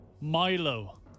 Milo